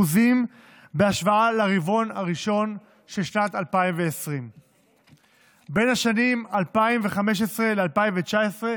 בהשוואה לרבעון הראשון של שנת 2020. בין השנים 2015 ל-2019,